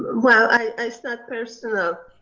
well i, it's not personal,